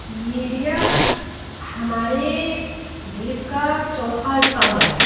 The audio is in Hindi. मीडिया हमारे देश का चौथा स्तंभ है